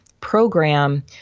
program